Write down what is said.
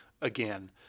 again